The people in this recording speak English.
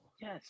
yes